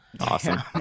awesome